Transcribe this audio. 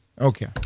Okay